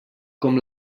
com